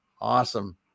Awesome